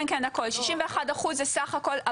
כן, זה סך הכול.